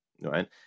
right